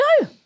No